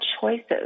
choices